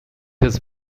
his